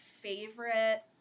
favorite